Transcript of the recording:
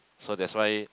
so that's why